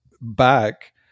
back